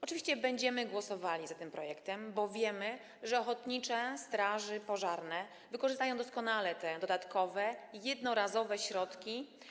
Oczywiście będziemy głosowali za tym projektem, bo wiemy, że ochotnicze straże pożarne wykorzystają doskonale te dodatkowe i jednorazowe środki.